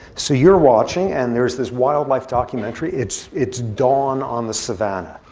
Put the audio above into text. so you're watching, and there's this wildlife documentary. it's it's dawn on the savanna.